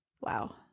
Wow